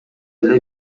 эле